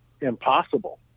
impossible